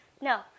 no